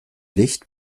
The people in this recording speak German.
licht